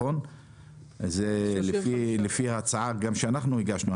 גם לפי ההצעה שגם אנחנו הגשנו,